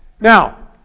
Now